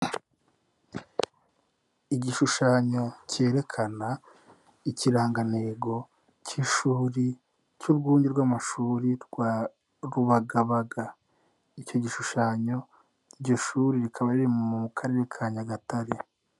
Igishushanyo kerekana ikirangantego k'ishuri cy'urwunge rw'amashuri rwa Rubagabaga icyo gishushanyo iryo shuri rikaba riri mu karere ka Nyagatare.